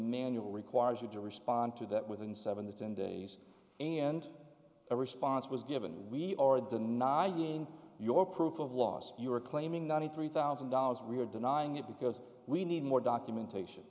manual requires you to respond to that within seven to ten days and a response was given we are denying your proof of loss you are claiming ninety three thousand dollars we're denying it because we need more documentation